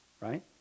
right